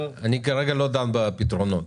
אני כרגע לא דן בפתרונות.